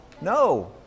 No